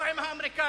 לא עם האמריקנים.